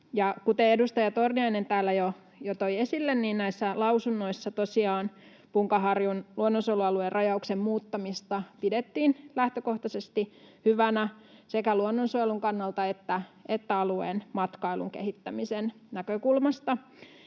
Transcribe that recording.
Kuten edustaja Torniainen täällä jo toi esille, näissä lausunnoissa tosiaan Punkaharjun luonnonsuojelualueen rajauksen muuttamista pidettiin lähtökohtaisesti hyvänä sekä luonnonsuojelun kannalta että alueen matkailun kehittämisen näkökulmasta.